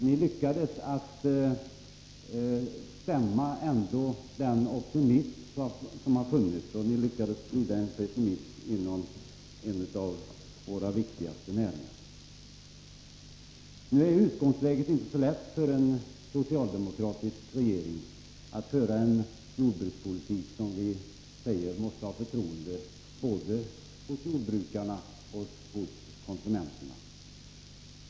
Ni lyckades stämma ned den optimism som har funnits, och ni lyckades sprida pessimism inom en av våra viktigaste näringar. Utgångsläget är inte så lätt för den socialdemokratiska regeringen när det gäller att föra en jordbrukspolitik som vi säger måste ha förtroende både hos jordbrukarna och hos konsumenterna.